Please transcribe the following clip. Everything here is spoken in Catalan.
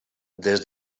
des